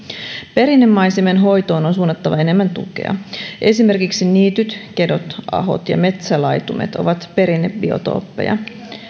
perinnemaisemien hoitoon on suunnattava enemmän tukea esimerkiksi niityt kedot ahot ja metsälaitumet ovat perinnebiotooppeja